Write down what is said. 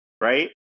right